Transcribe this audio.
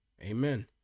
amen